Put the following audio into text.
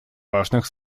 важных